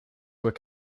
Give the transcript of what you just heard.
were